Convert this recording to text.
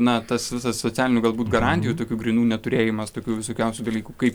na tas visas socialinių galbūt garantijų tokių grynų neturėjimas tokių visokiausių dalykų kaip